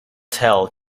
tell